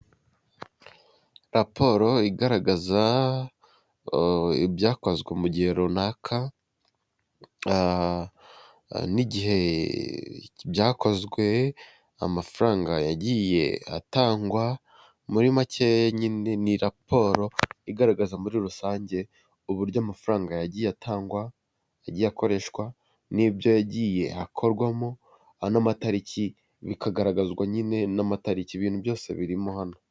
Raporo igaragaza ibyakozwe mu gihe runaka nigihe byakozwe amafaranga yagiye atangwa muri make nyine ni raporo igaragaza muri rusange uburyo amafaranga yagiye atangwa agiye akoreshwa n'ibyo yagiye akorwamo ano matariki bikagaragazwa nyine n'amatariki ibintu byose birimo hano.